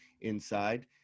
inside